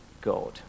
God